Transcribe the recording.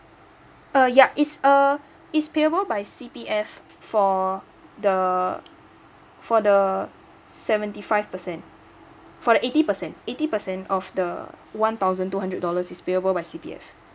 uh ya it's a is payable by C_P_F for the for the seventy five percent for the eighty percent eighty percent of the one thousand two hundred dollars is payable by C_P_F